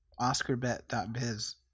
OscarBet.biz